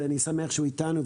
ואני שמח שהוא אתנו,